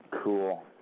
Cool